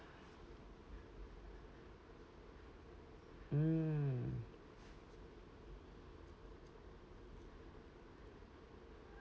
mm